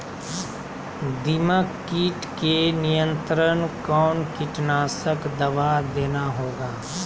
दीमक किट के नियंत्रण कौन कीटनाशक दवा देना होगा?